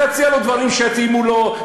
תציע לו דברים שיתאימו לו,